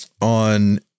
on